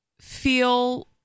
feel